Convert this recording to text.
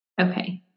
Okay